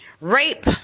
Rape